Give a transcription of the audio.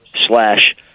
slash